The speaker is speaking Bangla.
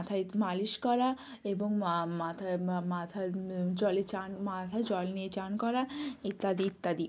মাথায় মালিশ করা এবং মাথায় মাথায় জলে স্নান মাথায় জল নিয়ে স্নান করা ইত্যাদি ইত্যাদি